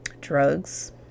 drugs